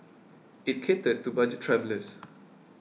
it catered to budget travellers